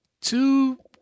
Two